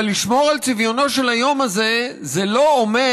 אבל לשמור על צביונו של היום הזה זה לא אומר